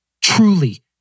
Truly